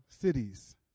cities